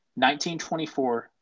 1924